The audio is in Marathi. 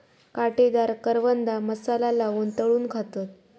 काटेदार करवंदा मसाला लाऊन तळून खातत